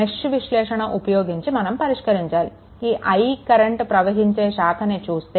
mesh విశ్లేషణ ఉపయోగించి మనం పరిష్కరించాలి ఈ I కరెంట్ ప్రవహించే శాఖని చూస్తే